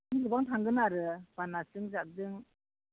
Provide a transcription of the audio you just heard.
एसे गोबां थांगोन आरो बानासजों जाबजों